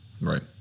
Right